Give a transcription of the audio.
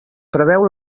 preveu